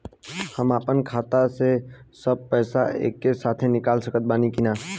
हम आपन खाता से सब पैसा एके साथे निकाल सकत बानी की ना?